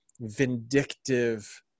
vindictive